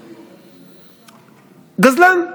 גזלן,